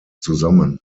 zusammen